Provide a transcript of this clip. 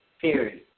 period